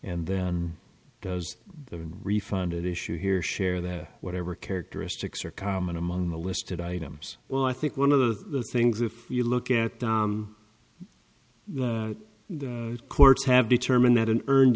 and then those refunded issue here share that whatever characteristics are common among the listed items well i think one of the things if you look at the courts have determined that an earned